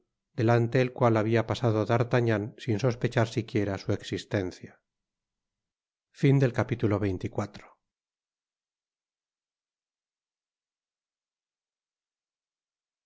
delante el cual habia pasado d'artagnan sin sospechar siquiera su existencia